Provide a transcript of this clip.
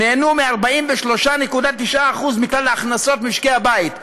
נהנו מ-43.9% מכלל הכנסות משקי הבית.